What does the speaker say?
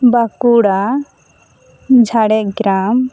Bankura Jhargram